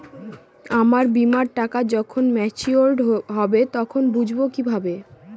আমার বীমার টাকা যখন মেচিওড হবে তখন বুঝবো কিভাবে?